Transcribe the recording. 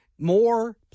More